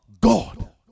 God